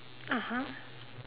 (uh huh)